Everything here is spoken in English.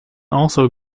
also